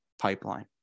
Pipeline